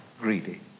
greedy